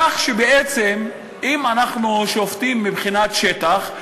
כך שאם אנחנו שופטים מבחינת שטח,